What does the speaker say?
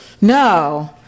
No